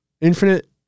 Infinite